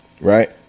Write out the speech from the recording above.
Right